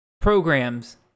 programs